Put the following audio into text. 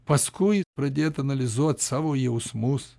paskui pradėt analizuot savo jausmus